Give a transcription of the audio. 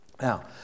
Now